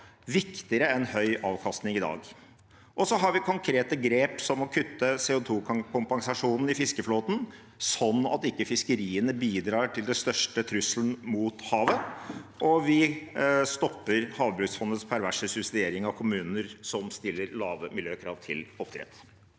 viktigere enn høy avkastning i dag. Og så har vi konkrete grep som å kutte i CO2-kompensasjonen i fiskeflåten, sånn at ikke fiskeriene bidrar til den største trusselen mot havet, og vi stopper Havbruksfondets perverse subsidiering av kommuner som stiller lave miljøkrav til oppdrett.